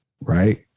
Right